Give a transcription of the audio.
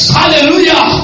hallelujah